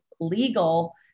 legal